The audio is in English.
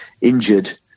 injured